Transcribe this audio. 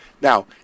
Now